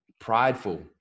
prideful